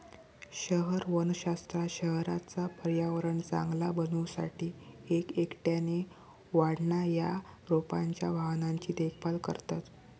शहर वनशास्त्रात शहराचा पर्यावरण चांगला बनवू साठी एक एकट्याने वाढणा या रोपांच्या वाहनांची देखभाल करतत